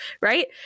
right